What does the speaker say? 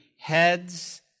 heads